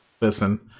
listen